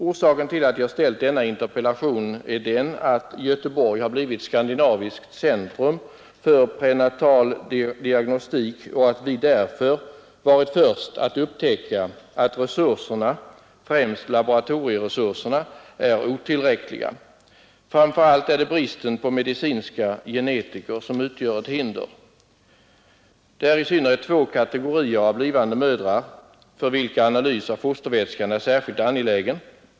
Orsaken till att jag ställt denna interpellation är den att Göteborg blivit skandinaviskt centrum för prenatal diagnostik och att vi därför varit de första att upptäcka att resurserna, främst laboratorieresurserna, är otillräckliga. Framför allt är det bristen på medicinska genetiker som utgör ett hinder. Det är i synnerhet två kategorier av blivande mödrar, för vilka analys av fostervätskan är särskilt angelägen.